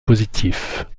positifs